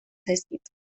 zaizkit